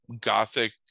Gothic